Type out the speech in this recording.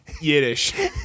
Yiddish